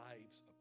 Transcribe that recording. lives